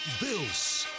Bills